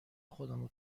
خودمو